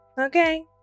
okay